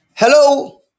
Hello